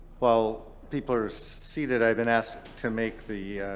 while people are seated i've been asked to make the